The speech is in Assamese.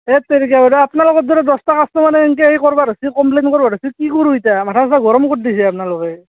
হেততেৰিকা বাইদেউ আপোনালোকৰ দৰে দহটা কাষ্টমাৰে এনকে কৰবা ধৰছি কমপ্লেইন কৰব ধৰছি কি কৰোঁ এতিয়া মাথা চাথা গৰম কৰি দিছে আপোনালোকে